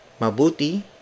Mabuti